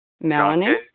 Melanie